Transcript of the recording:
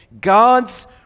God's